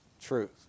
truth